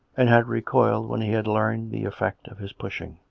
and had recoiled when he had learned the effect of his pushing.